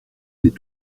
ces